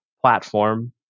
platform